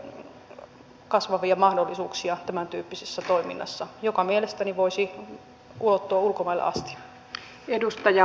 näettekö kasvavia mahdollisuuksia tämäntyyppisessä toiminnassa joka mielestäni voisi ulottua ulkomaille asti